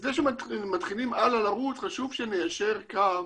לפני שמתחילים הלאה לרוץ חשוב שניישר קו